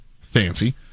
Fancy